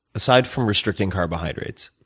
aside from restricting carbohydrates?